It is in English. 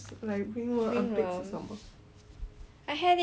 I had it under my armpit eh